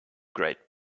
great